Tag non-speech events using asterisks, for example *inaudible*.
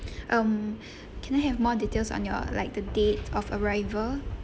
*breath* um *breath* can I have more details on your like the date of arrival